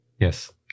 Yes